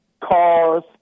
Cars